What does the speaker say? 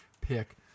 pick